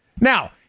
Now